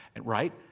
right